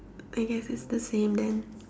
I guess it's the same then